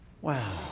Wow